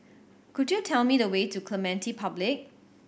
could you tell me the way to Clementi Public